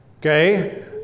Okay